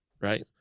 right